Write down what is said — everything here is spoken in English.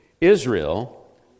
Israel